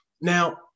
Now